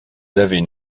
avaient